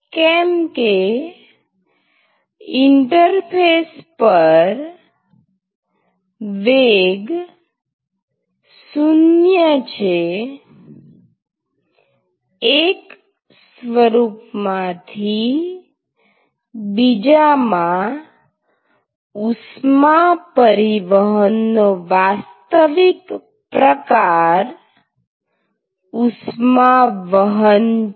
કેમકે ઇન્ટરફેસ પર વેગ 0 છેએક સ્વરૂપમાંથી બીજામાં ઉષ્મા પરિવહનનો વાસ્તવિક પ્રકાર ઉષ્માવહન છે